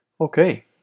Okay